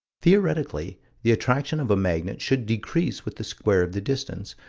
theoretically the attraction of a magnet should decrease with the square of the distance,